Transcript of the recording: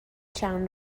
چند